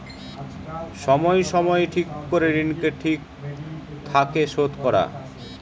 সময় সময় ঠিক করে ঋণকে ঠিক থাকে শোধ করা